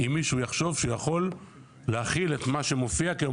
אם מישהו יחשוב שהוא יכול להחיל את מה שהופיע כיום,